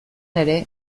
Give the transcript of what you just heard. ere